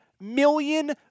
million